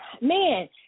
Man